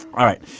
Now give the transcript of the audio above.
all right,